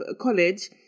college